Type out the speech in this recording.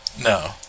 No